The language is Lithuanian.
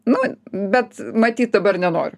nu bet matyt dabar nenoriu